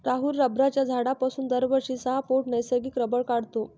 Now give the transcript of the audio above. राहुल रबराच्या झाडापासून दरवर्षी सहा पौंड नैसर्गिक रबर काढतो